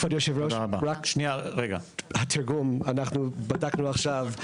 כבוד היושב-ראש, התרגום, אנחנו בדקנו עכשיו.